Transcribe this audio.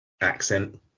accent